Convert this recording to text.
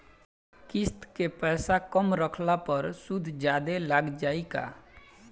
किश्त के पैसा कम रखला पर सूद जादे लाग जायी का?